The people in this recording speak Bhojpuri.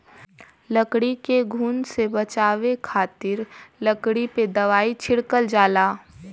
लकड़ी के घुन से बचावे खातिर लकड़ी पे दवाई छिड़कल जाला